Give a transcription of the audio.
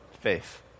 faith